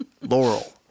Laurel